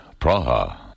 Praha